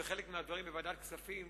בחלק מן הדברים בוועדת הכספים,